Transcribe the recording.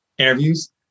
interviews